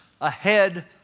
ahead